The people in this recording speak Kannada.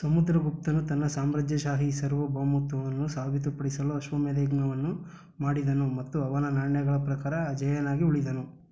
ಸಮುದ್ರಗುಪ್ತನು ತನ್ನ ಸಾಮ್ರಾಜ್ಯಶಾಹಿ ಸಾರ್ವಭೌಮತ್ವವನ್ನು ಸಾಬೀತುಪಡಿಸಲು ಅಶ್ವಮೇಧ ಯಜ್ಞವನ್ನು ಮಾಡಿದನು ಮತ್ತು ಅವನ ನಾಣ್ಯಗಳ ಪ್ರಕಾರ ಅಜೇಯನಾಗಿ ಉಳಿದನು